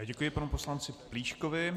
Já děkuji panu poslanci Plíškovi.